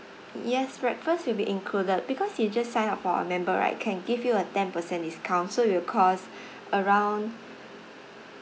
yes breakfast will be included because you just sign up for our member right can give you a ten percent discount so it will cost around